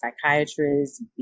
psychiatrists